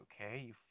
okay